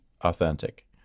authentic